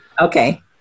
Okay